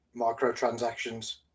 microtransactions